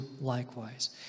likewise